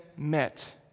met